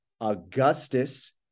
Augustus